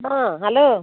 ହଁ ହ୍ୟାଲୋ